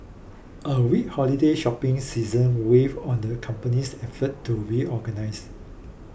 a weak holiday shopping season weighed on the company's efforts to reorganise